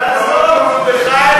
אבל עזוב, נו, בחייך.